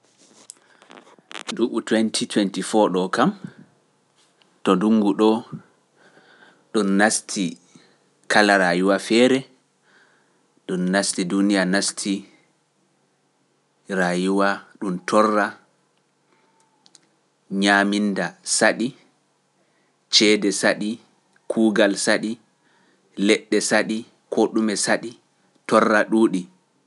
Nduuɓu ujune didi e nogas e nayi (twenty twenty four) ɗo kam to ndungu ɗo ɗum nasti kala ra yiwa feere ɗum nasti duniya nasti ra yiwa ɗum torra ñaaminda saɗi ceede saɗi kuugal saɗi leɗɗe saɗi koo ɗume saɗi torra ɗuuɗi.